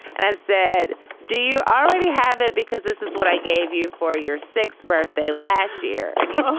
and i said, do you already have it? because this is what i gave you for your sixth birthday last year. and he